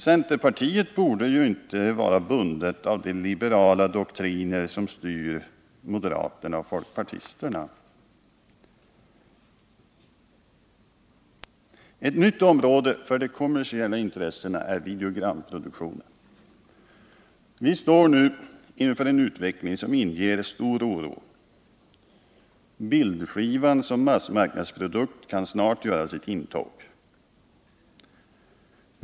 Centerpartiet borde ju inte vara bundet av de liberala doktriner som styr moderaterna och folkpartisterna. Ett nytt område för de kommersiella intressena är videogramproduktionen. Vi står nu inför en utveckling som inger stor oro. Bildskivan som massmarknadsprodukt kan snart göra sitt intåg.